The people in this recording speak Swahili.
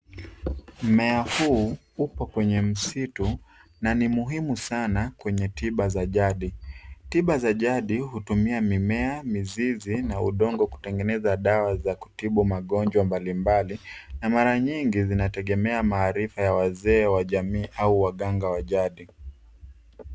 Mmea huu upo kwenye msitu na ni muhimu sana kwenye tiba za jadi. Tiba za jadi hutumia mimea, mizizi, na udongo kutengeneza dawa za kutibu magonjwa mbali mbali, na mara nyingi zinategemea maarifa ya wazee wa jamii au waganga wa jadi.